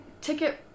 ticket